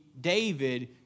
David